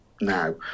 now